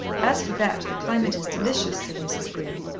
as for that the climate is delicious, said mrs. green,